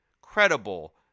credible